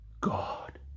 God